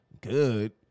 good